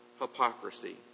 hypocrisy